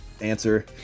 answer